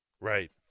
Right